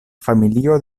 familio